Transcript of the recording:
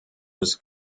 was